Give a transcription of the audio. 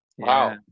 Wow